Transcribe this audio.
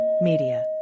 media